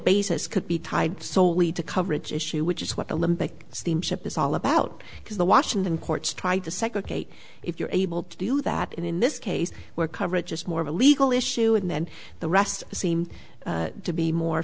basis could be tied solely to coverage issue which is what the olympic steamship is all about because the washington courts try to segregate if you're able to do that in this case where coverage is more of a legal issue and then the rest seem to be more